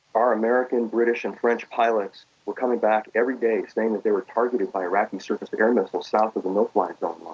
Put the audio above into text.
our american, british, and french pilots were coming back everyday saying that they were targeted by iraqi surface air missiles south of the no fly zone line,